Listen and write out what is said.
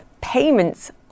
payments